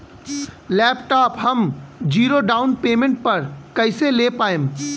Laptop हम zero down payment पर कैसे ले पाएम?